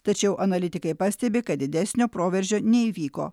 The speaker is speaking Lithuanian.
tačiau analitikai pastebi kad didesnio proveržio neįvyko